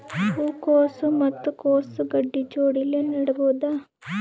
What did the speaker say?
ಹೂ ಕೊಸು ಮತ್ ಕೊಸ ಗಡ್ಡಿ ಜೋಡಿಲ್ಲೆ ನೇಡಬಹ್ದ?